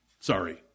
sorry